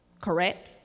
correct